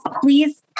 please